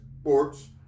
sports